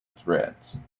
threads